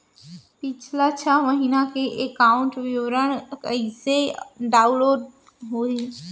पिछला छः महीना के एकाउंट विवरण कइसे डाऊनलोड होही?